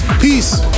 peace